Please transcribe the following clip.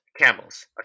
Camels